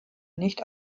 nicht